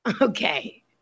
okay